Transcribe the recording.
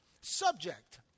subject